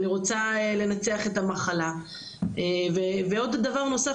אני רוצה לנצח את המחלה ועוד דבר נוסף,